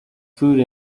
food